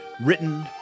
written